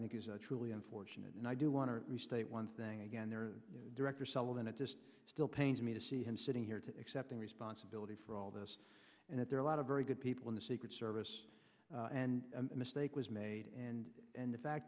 think is truly unfortunate and i do want to restate one thing again there director sullivan it just still pains me to see him sitting here today accepting responsibility for all this and that there are a lot of very good people in the secret service and mistake was made and and the fact